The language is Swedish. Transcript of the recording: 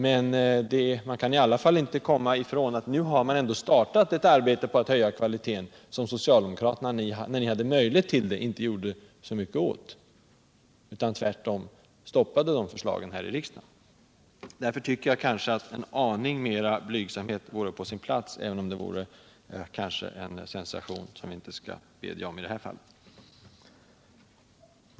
Men nu har vi ändå startat arbetet på att höja kvaliteten, en fråga som ni socialdemokrater inte gjorde mycket åt när ni hade möjlighet till det. En viss blygsamhet vore därför på sin plats.